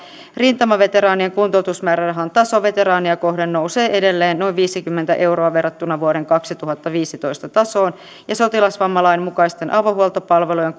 rintamaveteraanien kuntoutusmäärärahan taso veteraania kohden nousee edelleen noin viisikymmentä euroa verrattuna vuoden kaksituhattaviisitoista tasoon ja sotilasvammalain mukaisten avohuoltopalvelujen